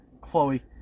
Chloe